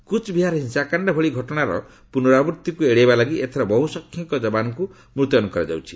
କୁଚ୍ବିହାର ହିଂସାକାଶ୍ଡ ଭଳି ଘଟଣାର ପୁନରାବୃଭିକୁ ଏଡେଇବା ଲାଗି ଏଥର ବହୁସଂଖ୍ୟକ ଜବାନଙ୍କୁ ମୁତୟନ କରାଯାଉଛି